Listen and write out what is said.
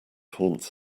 haunts